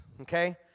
okay